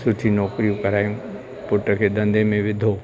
सुठी नौकिरियूं करायूं पुट खे धंधे में विधो